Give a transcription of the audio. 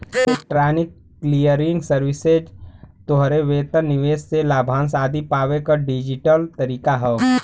electronic clearing services तोहरे वेतन, निवेश से लाभांश आदि पावे क डिजिटल तरीका हौ